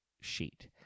sheet